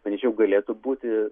manyčiau galėtų būti